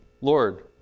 Lord